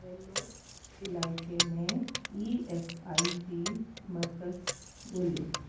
वेल्लोर इलाइके में E S I C मर्कज़ ॻोल्हियो